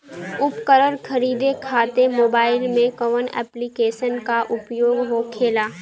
उपकरण खरीदे खाते मोबाइल में कौन ऐप्लिकेशन का उपयोग होखेला?